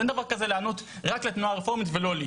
אין דבר כה לענות רק לתנועה הרפורמית ולא לי.